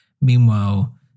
Meanwhile